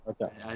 Okay